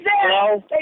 Hello